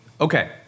Okay